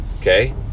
okay